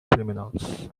criminals